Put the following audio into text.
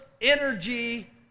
energy